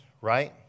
right